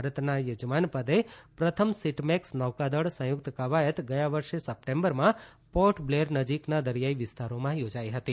ભારતના યજમાન પદે પ્રથમ સિટમેક્સ નૌકાદળ સંયુક્ત કવાયત ગયા વર્ષે સપ્ટેમ્બરમાં પોર્ટ બ્લેયર નજીકના દરિયાઇ વિસ્તારમાં થોજી હતી